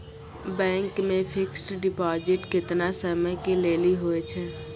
Bank मे fixed deposit केतना समय के लेली होय छै?